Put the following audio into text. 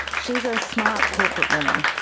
she's a smart corporate woman.